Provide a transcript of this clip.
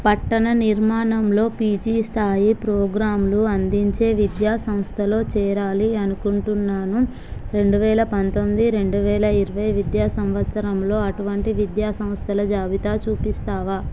పట్టణ నిర్మాణములో పీజీ స్థాయి ప్రోగ్రాంలు అందించే విద్యా సంస్థలో చేరాలి అనుకుంటున్నాను రెండు వేల పంతొమ్మిది రెండు వేల ఇరవై విద్యా సంవత్సరంలో అటువంటి విద్యా సంస్థల జాబితా చూపిస్తావా